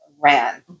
ran